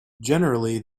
generally